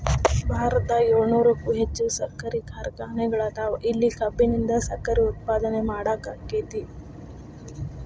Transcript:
ಭಾರತದಾಗ ಏಳುನೂರಕ್ಕು ಹೆಚ್ಚ್ ಸಕ್ಕರಿ ಕಾರ್ಖಾನೆಗಳದಾವ, ಇಲ್ಲಿ ಕಬ್ಬಿನಿಂದ ಸಕ್ಕರೆ ಉತ್ಪಾದನೆ ಮಾಡ್ಲಾಕ್ಕೆತಿ